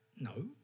no